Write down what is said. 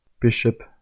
bishop